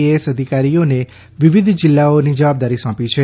S સંક્રમણને અધિકારીઓને વિવિધ જિલ્લાઓની જવાબદારી સોંપી છે